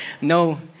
No